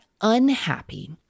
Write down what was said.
unhappy